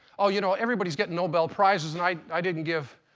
oh, you know everybody's getting nobel prizes and i i didn't give